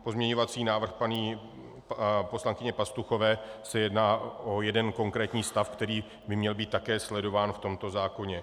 Pozměňovací návrh paní poslankyně Pastuchové se jedná o jeden konkrétní stav, který by měl být také sledován v tomto zákoně.